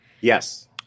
Yes